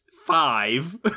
five